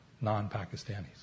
non-Pakistanis